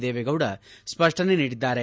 ದೇವೇಗೌಡ ಸ್ಪಷ್ಟನೆ ನೀಡಿದ್ದಾರೆ